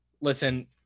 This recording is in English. listen